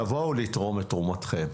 תבואו לתרום את תרומתכם.